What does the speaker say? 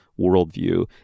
worldview